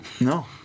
No